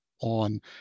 on